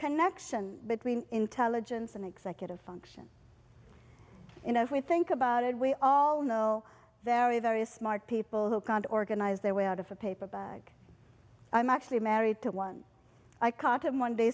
connection between intelligence and executive function in a if we think about it we all know very very smart people who can't organize their way out of a paper bag i'm actually married to one i caught him one day